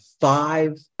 five